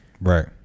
Right